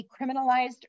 decriminalized